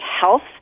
health